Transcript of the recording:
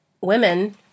women